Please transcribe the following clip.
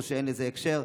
או שאין לזה קשר.